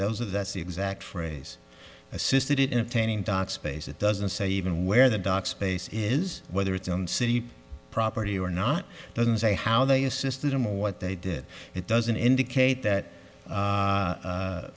those of that's the exact phrase assisted it in painting dot space it doesn't say even where the dock space is whether it's on city property or not doesn't say how they assisted him what they did it doesn't indicate that